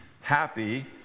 Happy